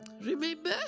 Remember